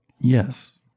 Yes